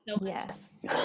Yes